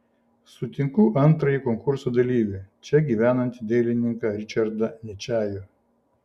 sutinku antrąjį konkurso dalyvį čia gyvenantį dailininką ričardą ničajų